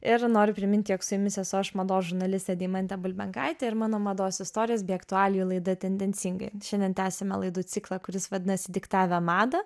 ir noriu priminti jog su jumis esu aš mados žurnalistė deimantė bulbenkaitė ir mano mados istorijos bei aktualijų laida tendencingai šiandien tęsiame laidų ciklą kuris vadinasi diktavę madą